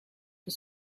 for